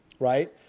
Right